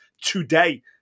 today